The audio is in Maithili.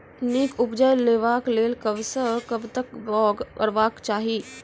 नीक उपज लेवाक लेल कबसअ कब तक बौग करबाक चाही?